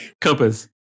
Compass